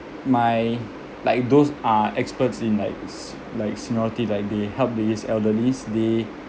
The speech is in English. my like those uh experts in like s~ like seniority like they help these elderlies they